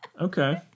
Okay